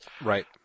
Right